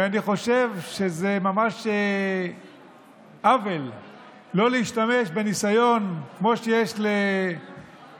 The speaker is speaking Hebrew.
ואני חושב שזה ממש עוול לא להשתמש בניסיון כמו שיש לדיכטר,